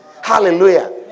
Hallelujah